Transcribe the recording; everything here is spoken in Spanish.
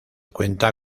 cuenta